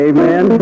Amen